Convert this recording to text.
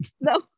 No